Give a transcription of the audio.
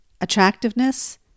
Attractiveness